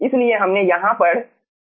इसलिए हमने यहाँ पर क्या विचार किया है